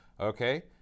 Okay